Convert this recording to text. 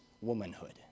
womanhood